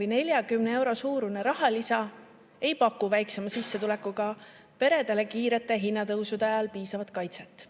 või 40 euro suurune rahalisa ei paku väiksema sissetulekuga peredele kiirete hinnatõusude ajal piisavat